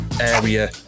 area